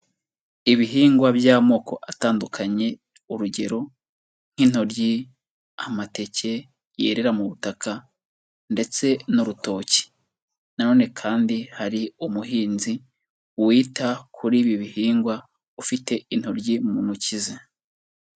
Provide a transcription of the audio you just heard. Ibihingwa by'amoko atandukanye, urugero nk'intoryi, amateke yerera mu butaka ndetse n'urutoki na none kandi hari umuhinzi wita kuri ibi bihingwa, ufite intoryi mu ntoki ze.